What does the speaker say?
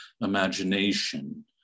imagination